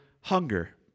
hunger